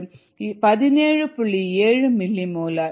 seven millimolar